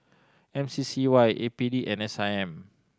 M C C Y A P D and S I M